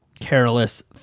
careless